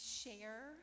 share